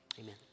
amen